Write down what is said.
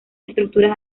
estructuras